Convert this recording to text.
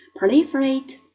proliferate